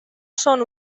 són